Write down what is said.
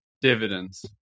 dividends